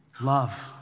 Love